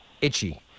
itchy